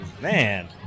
Man